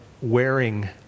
wearing